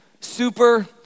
super